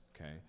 okay